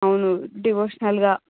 అవును డివోషనల్గా